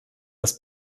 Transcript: das